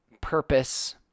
purpose